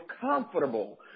comfortable